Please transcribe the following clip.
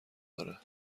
داره